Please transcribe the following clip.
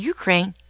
Ukraine